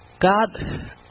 God